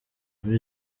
muri